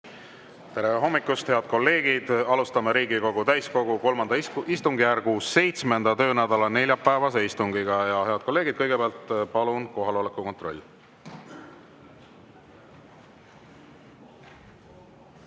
Tere hommikust, head kolleegid! Alustame Riigikogu täiskogu III istungjärgu 7. töönädala neljapäevast istungit. Ja head kolleegid, kõigepealt palun kohaloleku kontroll!